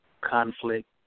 conflict